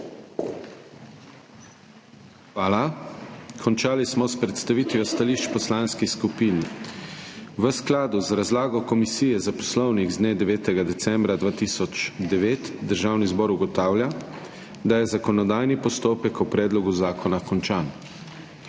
Hvala. Končali smo s predstavitvijo stališč poslanskih skupin. V skladu z razlago Komisije za poslovnik z dne 9. decembra 2009 Državni zbor ugotavlja, da je zakonodajni postopek o predlogu zakona končan.